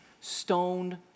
stoned